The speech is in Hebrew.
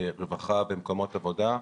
רווחה ומקומות עבודה,